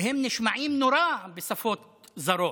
והם נשמעים נורא בשפות זרות.